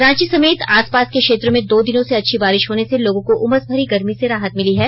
रांची समेत आसपास के क्षेत्र में दो दिनों से अच्छी बारिश होने से लोगों को उमस भरी गर्मी से राहत मिली है